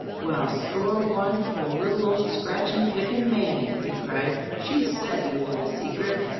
well, score one for little old scratchin', pickin', mammy! he cried. she said you had a secret!